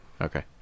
Okay